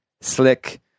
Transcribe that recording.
Slick